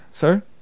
sir